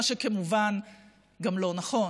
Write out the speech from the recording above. מה שכמובן גם לא נכון,